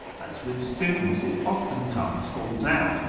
as with students it oftentimes falls out,